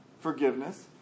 forgiveness